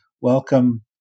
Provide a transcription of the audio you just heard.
Welcome